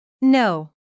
No